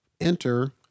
Enter